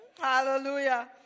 Hallelujah